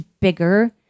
bigger